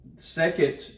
Second